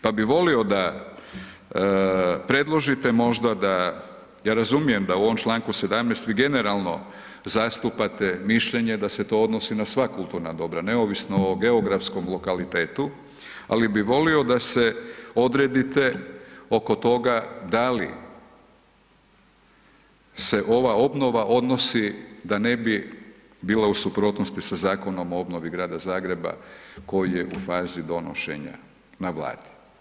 Pa bi volio da predložite možda, ja razumijem da u ovom članku 17. vi generalno zastupate mišljenje da se to odnosi na sva kulturna dobra neovisno o geografskom lokalitetu, ali bi volio da se odredite oko toga da li se ova obnova odnosi da ne bi bila u suprotnosti sa Zakonom o obnovi Grada Zagreba koji je u fazi donošenja na Vladi.